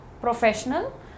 professional